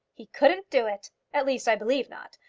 he couldn't do it at least, i believe not.